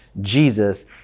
Jesus